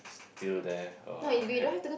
still there or have